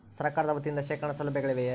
ಸರಕಾರದ ವತಿಯಿಂದ ಶೇಖರಣ ಸೌಲಭ್ಯಗಳಿವೆಯೇ?